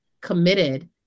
committed